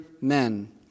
men